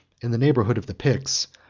in the neighborhood of the picts,